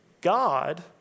God